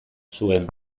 zuen